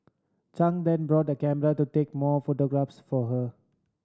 Chang then bought a camera to take more photographs for her